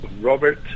Robert